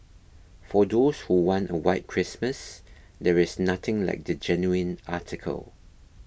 for those who want a white Christmas there is nothing like the genuine article